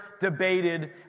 debated